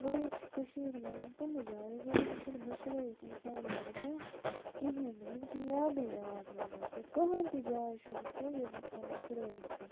گوٚو ییٚتہِ چھِ کٔشیٖرِ منٛز تِم جایہِ گوٚو یِم چھِنہٕ مٔشرٲیِتھ اِنسانَس گَژھان کِہیٖنۍ نہٕ یِم چھِ یادٕے یاد روزان گوٚو کٕہٲنۍ تہِ جاے چھَنہٕ سۄ یۄس اِنسان مٔشرٲیِتھ ژھٕنہِ